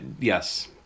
Yes